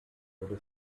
wurde